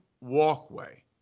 walkway